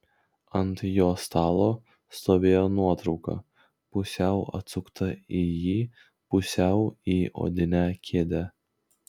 ant jo stalo stovėjo nuotrauka pusiau atsukta į jį pusiau į odinę kėdę